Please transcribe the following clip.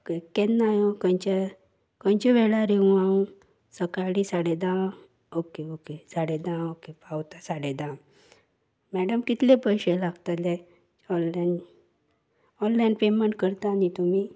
okay केन्ना येवं खंयच्या खंच्या वेळार येवं हांव सकाळीं साडे धां ओके ओके साडे धां ओके पावता साडे धां मॅडम कितले पयशे लागतले ऑनलायन ऑनलायन पेमट करता न्ही तुमी